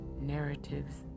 narratives